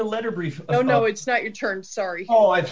the letter brief oh no it's not your turn sorry